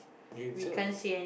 you